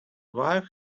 wife